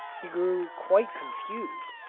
he grew quite confused,